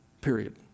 period